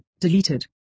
Deleted